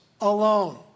alone